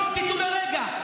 שלא תטעו לרגע,